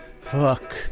fuck